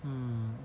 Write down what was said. mmhmm